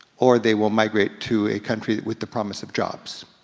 or they will migrate to a country with the promise of jobs.